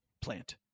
plant